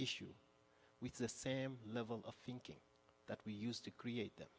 issue with the same level of think that we used to create them